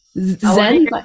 Zen